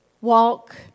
Walk